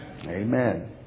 Amen